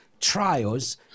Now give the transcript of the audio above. trials